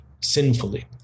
sinfully